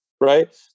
right